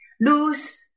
lose